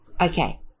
Okay